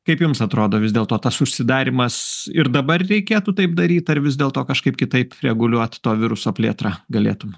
kaip jums atrodo vis dėlto tas užsidarymas ir dabar reikėtų taip daryt ar vis dėlto kažkaip kitaip reguliuot to viruso plėtrą galėtume